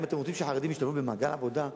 אם אתם רוצים שחרדים ישתלבו במעגל העבודה,